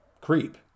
creep